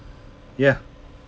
ya